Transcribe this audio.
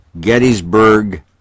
Gettysburg